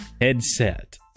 headset